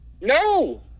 no